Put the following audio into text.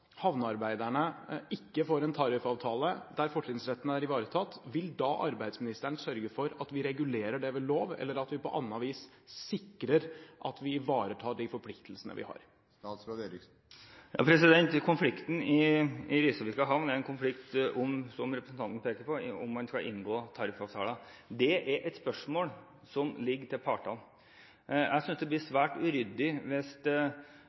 da vil sørge for at vi regulerer det ved lov, eller at vi på annet vis sikrer at vi ivaretar de forpliktelsene vi har? Konflikten i Risavika havn er en konflikt om, som representanten peker på, hvorvidt en skal inngå tariffavtaler. Det er et spørsmål som ligger til partene. Jeg synes det blir svært uryddig hvis